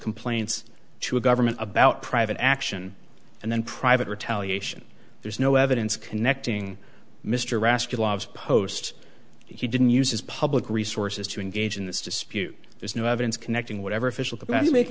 complaints to a government about private action and then private retaliation there's no evidence connecting mr rascal lobs post he didn't use his public resources to engage in this dispute there's no evidence connecting whatever official to make